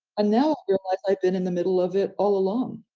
ah now, yeah like i've been in the middle of it all along.